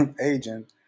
agent